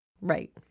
Right